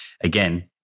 again